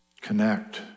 connect